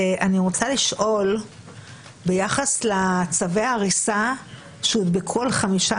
אני רוצה לשאול ביחס לצווי ההריסה שהודבקו על חמישה